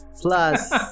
Plus